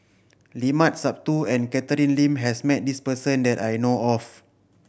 Limat Sabtu and Catherine Lim has met this person that I know of